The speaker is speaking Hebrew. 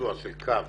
ביצוע של קו